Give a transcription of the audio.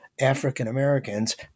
African-Americans